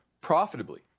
profitably